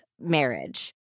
marriage